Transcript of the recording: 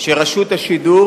שרשות השידור